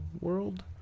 world